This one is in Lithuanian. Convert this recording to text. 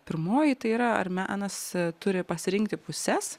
pirmoji tai yra ar menas turi pasirinkti puses